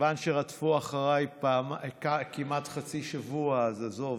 מכיוון שרדפו אחריי כמעט חצי שבוע, אז עזוב,